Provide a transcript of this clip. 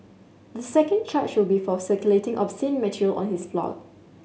the second charge will be for circulating obscene material on his blog